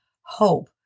hope